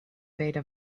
beta